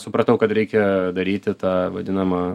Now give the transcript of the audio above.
supratau kad reikia daryti tą vadinamą